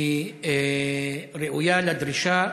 היא ראויה לדרישה